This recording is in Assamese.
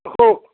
অশোক